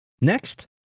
Next